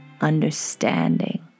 understanding